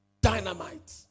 Dynamite